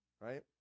right